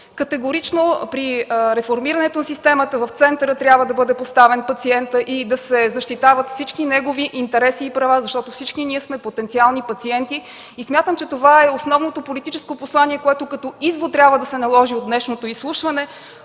Категорично при реформирането на системата в центъра трябва да бъде поставен пациентът и да се защитават всички негови интереси и права, защото всички ние сме потенциални пациенти. Смятам, че това е основното политическо послание, което като извод трябва да се наложи от днешното изслушване